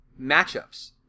matchups